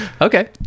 Okay